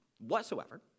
whatsoever